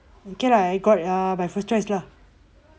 okay lah I got my first choice lah